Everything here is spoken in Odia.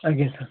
ଆଜ୍ଞା ସାର୍